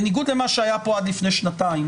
בניגוד למה שהיה כאן עד לפני שנתיים,